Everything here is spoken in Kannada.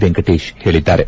ವೆಂಕಟೇಶ್ ಹೇಳಿದ್ದಾರೆ